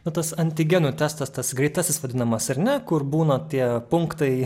bet tas antigenų testas tas greitasis vadinamas ir na kur būna tie punktai